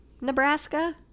Nebraska